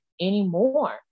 anymore